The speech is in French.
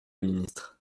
ministre